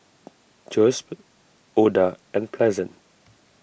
Joesph Oda and Pleasant